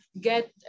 get